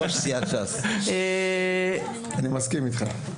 אני מסכים איתך.